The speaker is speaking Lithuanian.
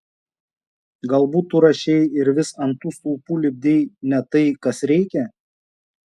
galbūt tu rašei ir vis ant tų stulpų lipdei ne tai kas reikia